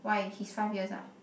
why he's five years ah